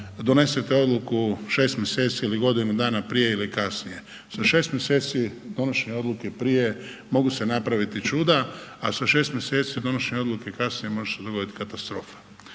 donesete odluku 6 mjeseci ili godinu dana prije ili kasnije. Sa 6 mjeseci donošenja odluke prije mogu se napraviti čuda, a sa 6 mjeseci donošenja odluke kasnije može se dogodit katastrofa.